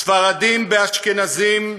ספרדים באשכנזים,